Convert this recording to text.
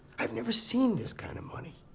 i've never seen this kind of money!